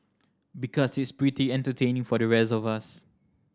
because it's pretty entertaining for the rest of us